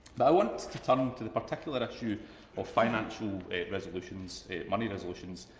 but i want to come to the particular issue of financial resolutions, money resolutions,